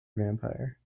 vampire